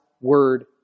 word